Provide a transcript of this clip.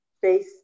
Face